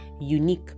unique